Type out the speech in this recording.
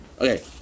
Okay